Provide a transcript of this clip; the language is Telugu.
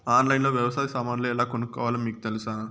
ఆన్లైన్లో లో వ్యవసాయ సామాన్లు ఎలా కొనుక్కోవాలో మీకు తెలుసా?